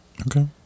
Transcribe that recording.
Okay